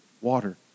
water